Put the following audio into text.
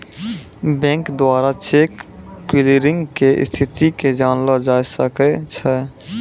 bank द्वारा cheque clearing के स्थिति के जानलो जाय सकै छै